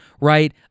right